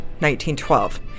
1912